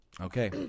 Okay